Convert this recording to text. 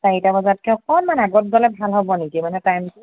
চাৰিটা বজাতকৈ অকণমান আগত গ'লে ভাল হ'ব নেকি মানে টাইমটো